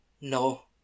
No